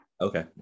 Okay